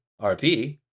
RP